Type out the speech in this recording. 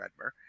Redmer